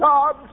God